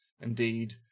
Indeed